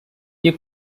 you